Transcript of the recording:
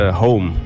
home